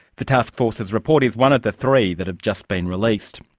the task force's report is one of the three that have just been released.